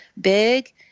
big